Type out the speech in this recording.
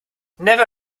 never